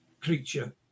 creature